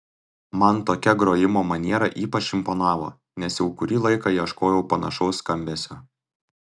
man tokia grojimo maniera ypač imponavo nes jau kurį laiką ieškojau panašaus skambesio